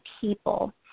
people